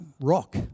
rock